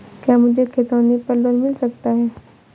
क्या मुझे खतौनी पर लोन मिल सकता है?